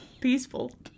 Peaceful